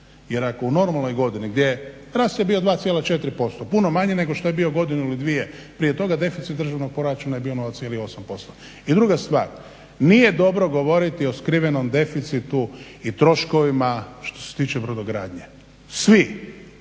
jer ako u normalnoj godini gdje je rast je bio 2,4% puno manji nego što je bio godinu ili dvije prije toga deficit državnog proračuna je bio 0,8%. I druga stvar nije dobro govoriti o skrivenom deficitu i troškovima što se tiče brodogradnje. Svi